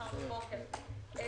אני